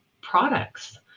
products